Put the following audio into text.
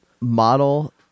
model